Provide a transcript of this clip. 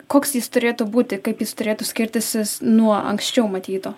koks jis turėtų būti kaip jis turėtų skirtis nuo anksčiau matyto